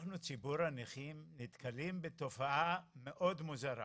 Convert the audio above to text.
אנחנו ציבור הנכים נתקלים בתופעה מאוד מוזרה.